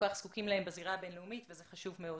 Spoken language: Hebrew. כך זקוקים להם בזירה הבין-לאומית וזה חשוב מאוד.